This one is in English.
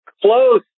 close